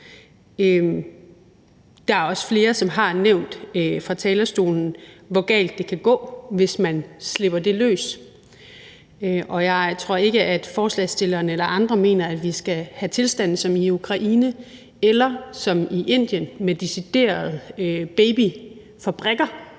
Der er også flere, som fra talerstolen har nævnt, hvor galt det kan gå, hvis man slipper det løs. Og jeg tror ikke, at forslagsstilleren eller andre mener, at vi skal have tilstande som i Ukraine eller som i Indien med deciderede babyfabrikker,